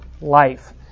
life